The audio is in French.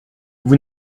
vous